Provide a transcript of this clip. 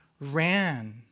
ran